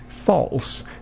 false